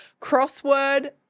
crossword